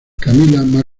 camilla